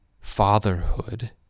fatherhood